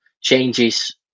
changes